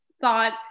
thought